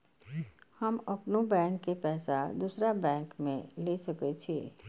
हम अपनों बैंक के पैसा दुसरा बैंक में ले सके छी?